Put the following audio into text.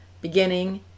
beginning